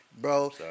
Bro